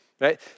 right